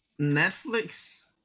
Netflix